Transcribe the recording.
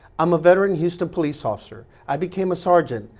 i'm a veteran houston police officer. i became a sergeant,